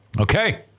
Okay